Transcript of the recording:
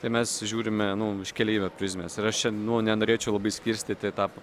tai mes žiūrime nu iš keleivio prizmės ir aš čia nu nenorėčiau labai skirstyti tą